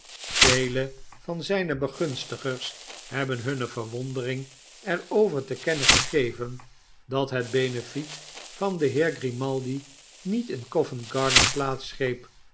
vele van zijne begunstigers hebben hunne verwondering er over te kennen gegeven dat het benefiet van den heer grimaldi niet in covent-garden plaats greep